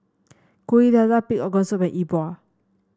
Kuih Dadar Pig Organ Soup and E Bua